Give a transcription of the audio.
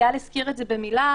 איל הזכיר במילה,